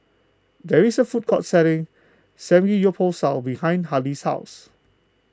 there is a food court selling Samgeyopsal behind Halley's house